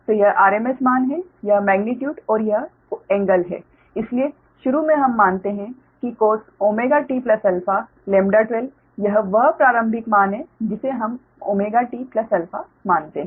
तो यह RMS मान है यह मेग्नीट्यूड और यह कोण है इसलिए शुरू में हम मानते हैं कि cosωtα12 यह वह प्रारंभिक मान है जिसे हम ωtα मानते हैं